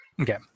Okay